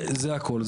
זה הכל.